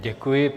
Děkuji.